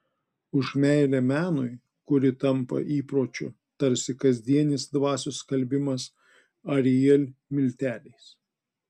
už meilę menui kuri tampa įpročiu tarsi kasdienis dvasios skalbimas ariel milteliais